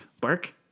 Bark